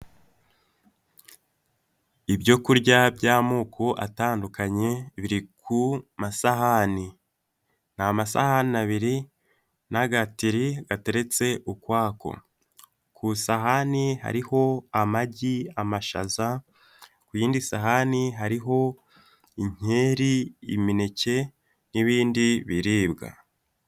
Ibyo kurya by'amoko atandukanye biri ku masahani n'amasahani abiri n'agatiri gateretse ukwako ku isahani hariho amagi, amashaza ku yindi sahani hariho inkeri, imineke n'ibindi biribwa.